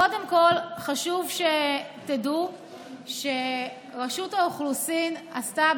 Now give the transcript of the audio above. קודם כול חשוב שתדעו שרשות האוכלוסין עשתה,